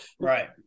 Right